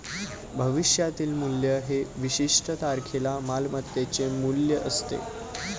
भविष्यातील मूल्य हे विशिष्ट तारखेला मालमत्तेचे मूल्य असते